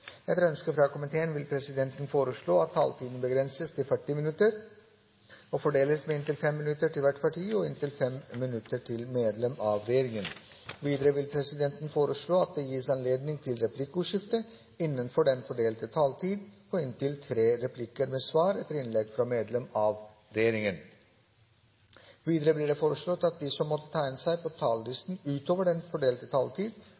Etter ønske fra næringskomiteen vil presidenten foreslå at taletiden begrenses til 40 minutter og fordeles med inntil 5 minutter til hvert parti og inntil 5 minutter til medlem av regjeringen. Videre vil presidenten foreslå at det gis anledning til replikkordskifte på inntil tre replikker med svar etter innlegg fra medlem av regjeringen innenfor den fordelte taletid. Videre blir det foreslått at de som måtte tegne seg på talerlisten utover den fordelte taletid,